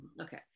Okay